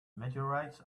meteorites